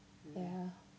ya